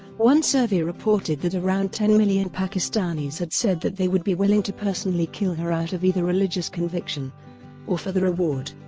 one survey reported that around ten million pakistanis had said that they would be willing to personally kill her out of either religious conviction or for the reward.